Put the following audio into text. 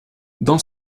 dans